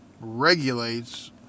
regulates